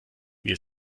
wir